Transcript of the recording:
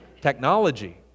Technology